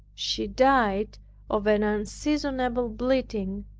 she died of an unseasonable bleeding.